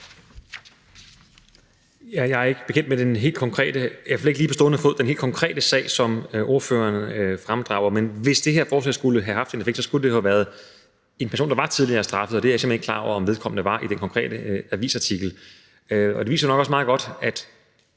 Jeg er ikke bekendt med den helt konkrete sag, som ordføreren fremdrager, i hvert fald ikke på stående fod, men hvis det her forslag skulle have haft en effekt, skulle det jo have været en person, der var tidligere straffet, og det er jeg simpelt hen ikke klar over om vedkommende i den konkrete avisartikel var. Det viser nok også meget godt, at